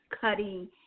cutting